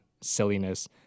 silliness